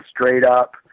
straight-up